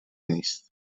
نیست